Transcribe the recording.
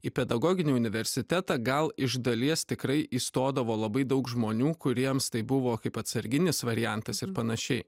į pedagoginį universitetą gal iš dalies tikrai įstodavo labai daug žmonių kuriems tai buvo kaip atsarginis variantas ir panašiai